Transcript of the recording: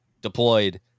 deployed